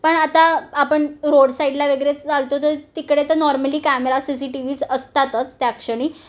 पण आता आपण रोड साईडला वगैरे चालतो तर तिकडे तर normally camera C C T व्हीच असतातच त्या क्षणी